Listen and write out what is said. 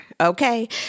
okay